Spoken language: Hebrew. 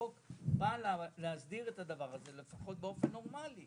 החוק בא להסדיר את הדבר הזה באופן נורמלי.